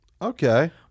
Okay